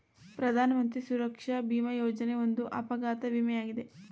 ಪ್ರಧಾನಮಂತ್ರಿ ಸುರಕ್ಷಾ ಭಿಮಾ ಯೋಜನೆ ಒಂದು ಅಪಘಾತ ವಿಮೆ ಯಾಗಿದೆ